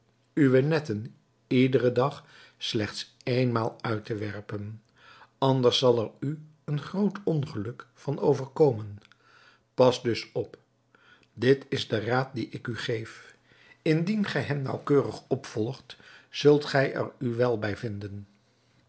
uwe netten iederen dag slechts éénmaal uit te werpen anders zal er u een groot ongeluk van overkomen pas dus op dit is de raad dien ik u geef indien gij hem naauwkeurig opvolgt zult gij er u wel bij bevinden